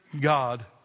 God